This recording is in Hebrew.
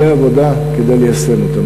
שאני צריך כלי עבודה כדי ליישם אותם.